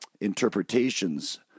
interpretations